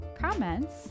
comments